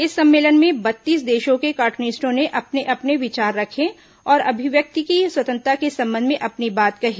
इस सम्मेलन में बत्तीस देशों के कार्टूनिस्टों ने अपने अपने विचार रखें और अभिव्यक्ति की स्वतंत्रता के संबंध में अपनी बात कही